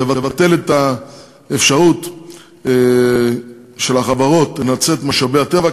לבטל את האפשרות של החברות לנצל את משאבי הטבע,